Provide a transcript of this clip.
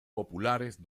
populares